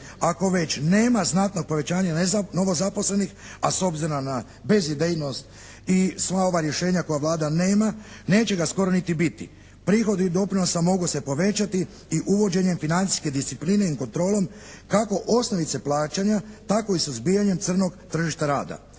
Ako već nema znatnog povećanja novozaposlenih, a s obzirom na bezidejnost i sva ova rješenja koja Vlada nema neće ga skoro niti biti. Prihodi doprinosa mogu se povećati i uvođenjem financijske discipline i kontrolom kako osnovice plaćanja tako i suzbijanjem crnog tržišta rada.